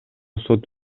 сот